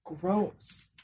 Gross